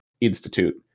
Institute